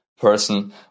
person